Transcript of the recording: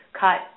cut